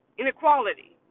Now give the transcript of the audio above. inequality